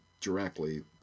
directly